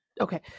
Okay